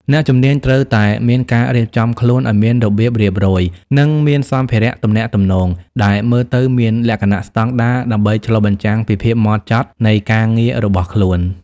អ្នកជំនាញត្រូវតែមានការរៀបចំខ្លួនឱ្យមានរបៀបរៀបរយ និងមានសម្ភារៈទំនាក់ទំនងដែលមើលទៅមានលក្ខណៈស្តង់ដារ ដើម្បីឆ្លុះបញ្ចាំងពីភាពហ្មត់ចត់នៃការងាររបស់ខ្លួន។